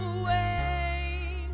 away